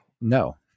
no